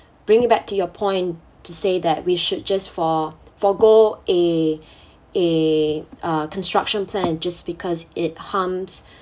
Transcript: bring it back to your point to say that we should just for forgo a a uh construction plan just because it harms